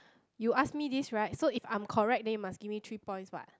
you ask me this right so if I'm correct then you must give me three points what